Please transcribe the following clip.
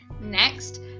Next